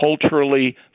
culturally